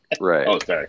Right